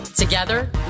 Together